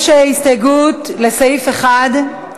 יש הסתייגות לסעיף 1,